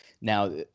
Now